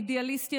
אידיאליסטי,